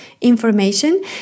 information